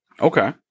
Okay